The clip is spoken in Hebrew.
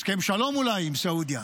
הסכם שלום אולי עם סעודיה,